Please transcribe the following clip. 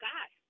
God